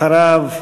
אחריו,